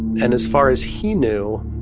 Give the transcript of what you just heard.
and as far as he knew,